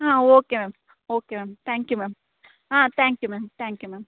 ಹಾಂ okay ma'am okay ma'am thank you ma'am ಹಾಂ thank you ma'am thank you ma'am